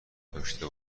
داشته